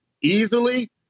easily